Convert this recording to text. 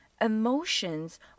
emotions